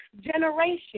generation